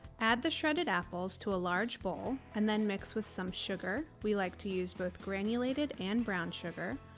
add the shredded apples to a large bowl and then mix with some sugar we like to use both granulated and brown sugar,